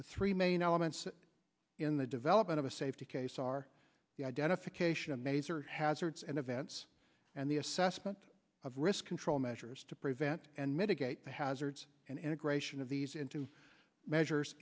the three main elements in the development of a safety case are the identification of naser hazards and events and the assessment of risk control measures to prevent and mitigate the hazards and integration of these into measures